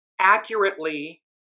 accurately